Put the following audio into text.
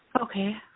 Okay